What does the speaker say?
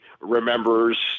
remembers